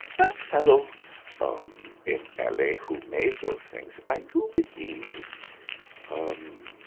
that fellow um, in l a. who made those things i do believe um,